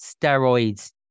steroids